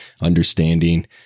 understanding